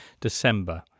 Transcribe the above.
December